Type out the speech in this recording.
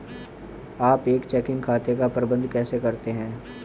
आप एक चेकिंग खाते का प्रबंधन कैसे करते हैं?